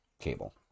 cable